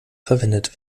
verwendet